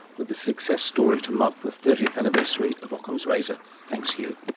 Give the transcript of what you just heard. with a success story to mark the thirtieth anniversary of ockham's razor. thanks hugh.